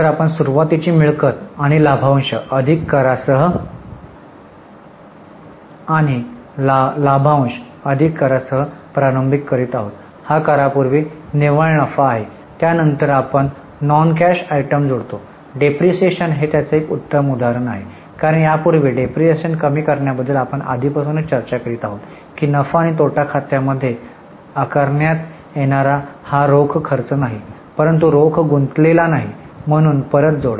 तर आपण सुरुवातीची मिळकत आणि लाभांश अधिक करासह प्रारंभ करीत आहोत हा करापूर्वी निव्वळ नफा आहे त्यानंतर आपण नॉन कॅश आयटम जोडतो डेप्रिसिएशन हे त्याचे उत्तम उदाहरण आहे कारण यापूर्वी डेप्रिसिएशन कमी करण्याबद्दल आपण आधीपासूनच चर्चा करीत आहोत की नफा आणि तोटा खात्यामध्ये आकारण्यात येणारा हा रोख खर्च नाही परंतु रोख गुंतलेला नाही म्हणून परत जोडा